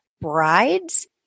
brides